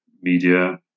media